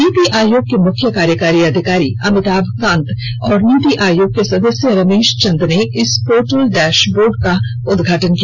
नीति आयोग के मुख्य कार्यकारी अधिकारी अमिताभ कांत और नीति आयोग के सदस्य रमेश चंद ने पोर्टल डैशबोर्ड का उद्घाटन किया